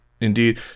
Indeed